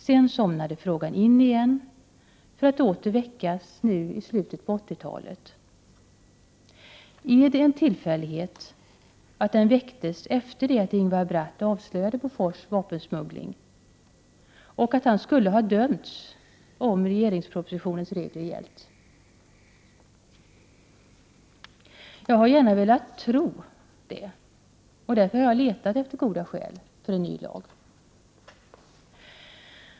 Sedan somnade frågan in igen för att åter väckas nu i slutet av 80-talet. Är det en tillfällighet att den väcktes efter det att Ingvar Bratt avslöjade Bofors vapensmuggling och att han skulle ha dömts om regeringspropositionens regler gällt? Jag skulle gärna vilja tro det, och därför har jag letat efter goda skäl för en ny lag.